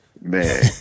Man